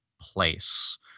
place